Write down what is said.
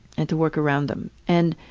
and to work around them and